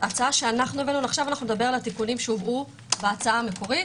עכשיו נדבר על התיקונים שהובאו בהצעה המקורית